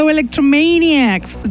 Electromaniacs